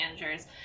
managers